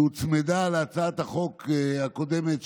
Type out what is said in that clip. שהוצמדה להצעת החוק הקודמת,